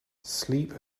sleep